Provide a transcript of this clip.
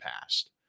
past